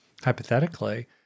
hypothetically